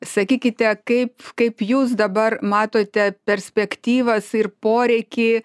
sakykite kaip kaip jūs dabar matote perspektyvas ir poreikį